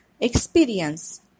experience